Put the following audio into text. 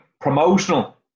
promotional